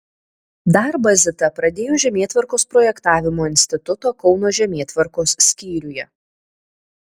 darbą zita pradėjo žemėtvarkos projektavimo instituto kauno žemėtvarkos skyriuje